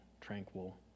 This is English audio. tranquil